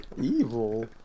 Evil